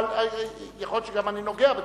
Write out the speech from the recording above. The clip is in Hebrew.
אבל יכול להיות שגם אני נוגע בדבר.